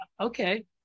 okay